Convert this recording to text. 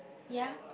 ya